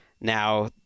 now